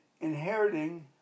inheriting